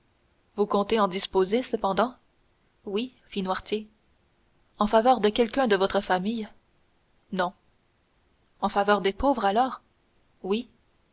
vous comptez en disposer cependant oui fit noirtier en faveur de quelqu'un de votre famille non en faveur des pauvres alors oui